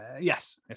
Yes